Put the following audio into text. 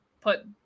put